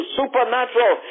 supernatural